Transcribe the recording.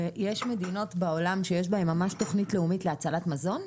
יש מדינות בעולם שיש בהן ממש תוכנית לאומית להצלת מזון?